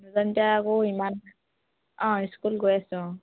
ইমান অঁ স্কুল গৈ আছে অঁ